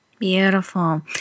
Beautiful